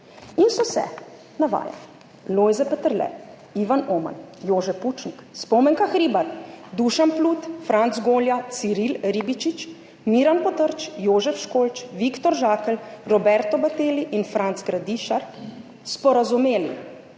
in so se navajali Lojze Peterle, Ivan Oman, Jože Pučnik, Spomenka Hribar, Dušan Plut, Franc Golja, Ciril Ribičič, Miran Potrč, Jožef Školč, Viktor Žakelj, Roberto Battelli in Franc Gradišar, sporazumeli